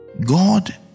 God